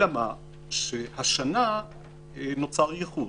אלא מה, שהשנה נוצר ייחוד.